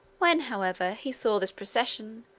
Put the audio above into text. when, however, he saw this procession,